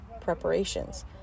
preparations